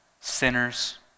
sinners